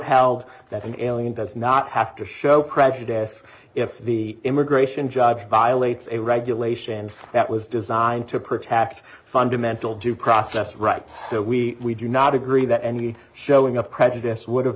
held that an alien does not have to show prejudice if the immigration judge violates a regulation and that was designed to protect fundamental due process rights so we do not agree that any showing up prejudice would have